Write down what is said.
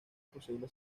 posible